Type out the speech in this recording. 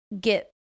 get